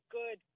good